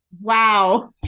wow